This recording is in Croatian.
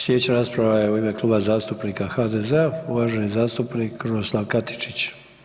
Slijedeća rasprava je u ime Kluba zastupnika HDZ-a, uvaženi zastupnik Krunoslav Katičić.